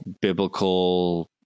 biblical